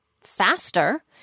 faster